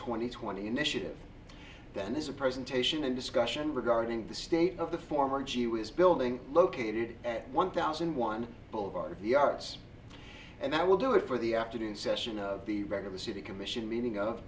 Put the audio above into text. twenty twenty initiative then there's a presentation and discussion regarding the state of the former g e was building located at one thousand one both part of the arts and i will do it for the afternoon session of the regular city commission meeting of